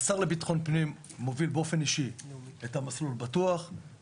השר לביטחון פנים מוביל מידי שבוע את ה-׳מסלול הבטוח׳,